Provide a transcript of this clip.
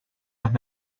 las